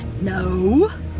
No